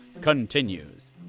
continues